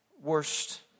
Worst